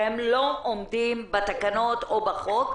שהם לא עומדים בתקנות או בחוק.